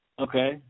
Okay